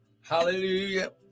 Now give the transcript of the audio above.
Hallelujah